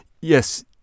yes